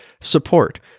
support